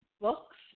books